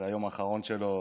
זה היום האחרון שלו